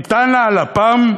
ניתן לה הלפ"מ,